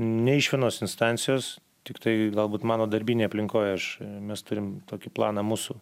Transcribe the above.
nei iš vienos instancijos tiktai galbūt mano darbinėj aplinkoj aš mes turim tokį planą mūsų